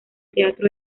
teatro